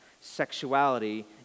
Sexuality